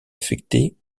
affectée